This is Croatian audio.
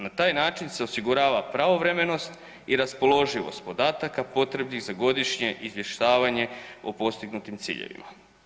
Na taj način se osigurava pravovremenost i raspoloživost podataka potrebnih za godišnje izvještavanje o postignutim ciljevima.